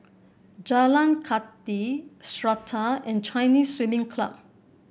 Jalan Kathi Strata and Chinese Swimming Club